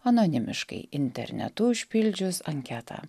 anonimiškai internetu užpildžius anketą